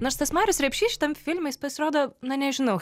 nors tas marius repšys šitam filme jis pasirodo na nežinau